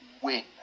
win